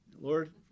Lord